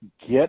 get